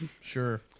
Sure